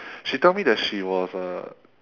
she tell me that she was uh